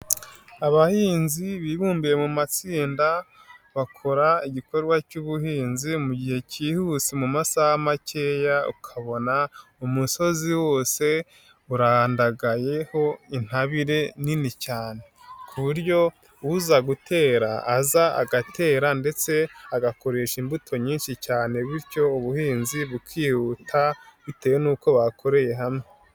Abahinzi bibumbiye mu matsinda, bakora igikorwa cy'ubuhinzi mu gihe cyihuse mu masaha makeya ukabona umusozi wose urandagayeho intabire nini cyane ku buryo uza gutera, aza agatera ndetse agakoresha imbuto nyinshi cyane bityo ubuhinzi bukihuta, bitewe nuko bakoreye hamwe.